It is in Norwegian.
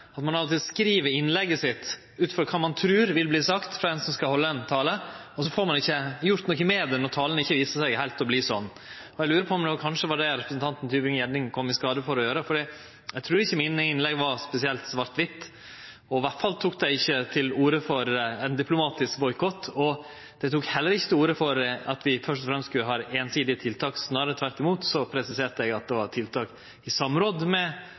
at ein alltid skriv innlegget sitt ut frå kva ein trur vil verte sagt frå ein som skal halde ein tale, og så får ein ikkje gjort noko med det når talen ikkje viser seg heilt å verte slik. Eg lurer på om det kanskje var det representanten Tybring-Gjedde kom i skade for å gjere, for eg trur ikkje mine innlegg var spesielt svart-kvite, og iallfall tok eg ikkje til orde for ein diplomatisk boikott. Eg tok heller ikkje til orde for at vi først og fremst skal ha einsidige tiltak. Snarare tvert om presiserte eg at det var tiltak i samråd med